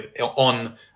on